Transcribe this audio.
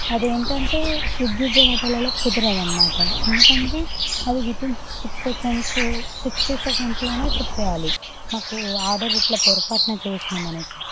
అదేంటంటే స్విగ్గీ జొమేటలల్లో కుదరదు అనమాట ఎందుకంటే అది వితిన్ సిక్స్ సెకండ్స్ సిక్స్టీ సెకెండ్స్లోనే చెప్పేయాలి మాకు ఆర్డర్ ఇట్ల పొరపాటున చేసినమనేసి